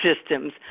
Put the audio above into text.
systems